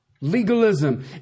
Legalism